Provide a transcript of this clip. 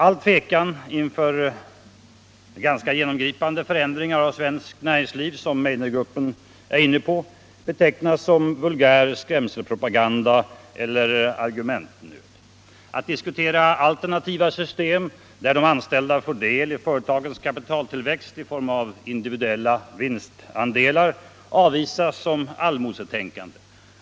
All tvekan inför de ganska genomgripande förändringar av svenskt näringsliv som Meidnergruppen är inne på betecknas som ” vulgär skrämselpropaganda” eller ”argumentnöd”. Att diskutera alternativa system där de anställda får del i företagens kapitaltillväxt i form av individuella vinstandelar avvisas som allmosetänkande.